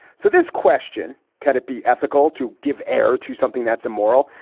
so this question, could it be ethical to give error to something that's a moral?